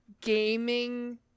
gaming